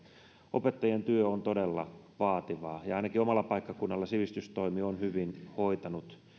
opettajien työ on todella vaativaa ja ainakin omalla paikkakunnallani sivistystoimi on hyvin hoitanut